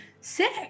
sick